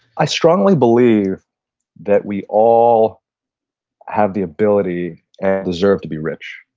i strongly believe that we all have the ability and deserve to be rich.